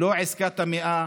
לא עסקת המאה